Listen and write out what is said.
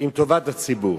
עם טובת הציבור.